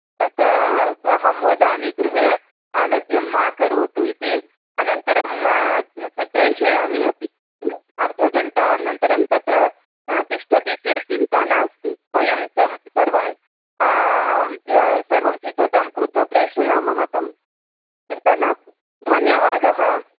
तदा अहं वदामि गृहे आलस्यं मा करोतु इति अनन्तरं प्रेषयामि अपि अर्धघण्टा अनन्तरं तत्र तिष्ठति चेत् चिन्ता नास्ति वयं सर्वं सर्वं सिद्धतां कृत्वा प्रेषयामः तं चिन्ता नास्ति धन्यवादः